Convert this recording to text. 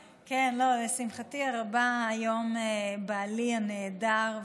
היום בעלי הנהדר,